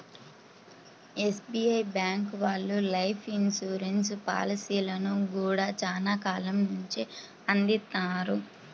SBI bank వాళ్ళు life insurance పాలసీలను గూడా చానా కాలం నుంచే అందిత్తన్నారు